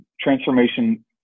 Transformation